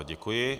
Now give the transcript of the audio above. Děkuji.